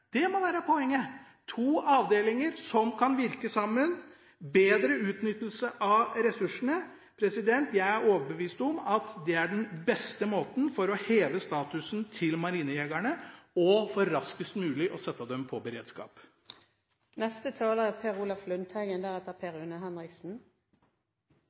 Det må være poenget: to avdelinger som kan virke sammen – bedre utnyttelse av ressursene. Jeg er overbevist om at det er den beste måten å heve statusen til marinejegerne på, i tillegg til raskest mulig sette dem på beredskap.